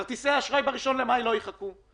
הרי כרטיסי האשראי לא יחכו ב-1 במאי,